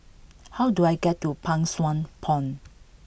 how do I get to Pang Sua Pond